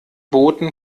boten